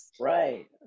Right